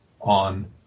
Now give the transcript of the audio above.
on